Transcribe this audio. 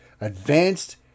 Advanced